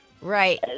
Right